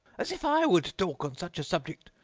as if i would talk on such a subject!